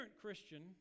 Christian